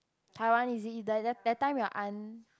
Taiwan is it that that that time your aunt